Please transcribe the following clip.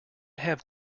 have